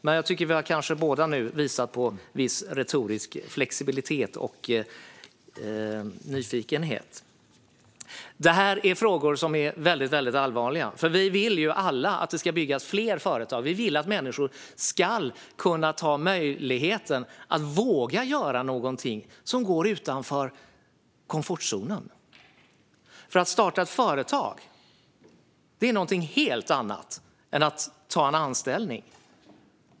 Men vi har kanske båda nu visat på en viss retorisk flexibilitet och nyfikenhet. Detta är frågor som är väldigt allvarliga. Vi vill ju alla att det ska byggas fler företag. Vi vill att människor ska våga göra någonting som går utanför komfortzonen. Att starta ett företag är någonting helt annat än att ta en anställning.